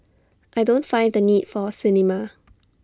I don't find the need for A cinema